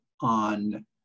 on